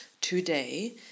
today